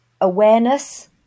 awareness